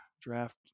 draft